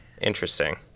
Interesting